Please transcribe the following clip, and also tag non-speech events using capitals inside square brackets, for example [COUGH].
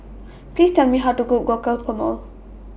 Please Tell Me How to Cook [UNINTELLIGIBLE]